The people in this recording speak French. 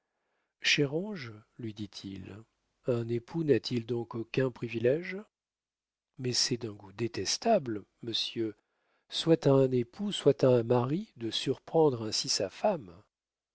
lui dit-il un époux n'a-t-il donc aucun privilége mais c'est d'un goût détestable monsieur soit à un époux soit à un mari de surprendre ainsi sa femme